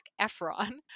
Efron